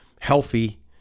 healthy